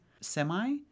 semi